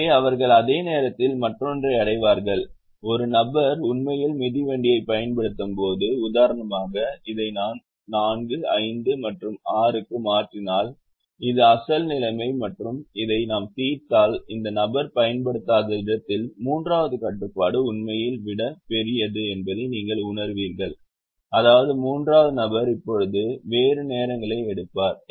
எனவே அவர்கள் அதே நேரத்தில் மற்றொன்றை அடைவார்கள் ஒரு நபர் உண்மையில் மிதிவண்டியைப் பயன்படுத்தாதபோது உதாரணமாக இதை நான் 4 5 மற்றும் 6 க்கு மாற்றினால் இது அசல் நிலைமை மற்றும் இதை நாம் தீர்த்தால் இந்த நபர் பயன்படுத்தாத இடத்தில் மூன்றாவது கட்டுப்பாடு உண்மையில் விட பெரியது என்பதை நீங்கள் உணருவீர்கள் அதாவது மூன்றாவது நபர் இப்போது வேறு நேரங்களை எடுப்பார்